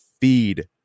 feed